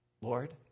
Lord